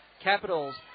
Capitals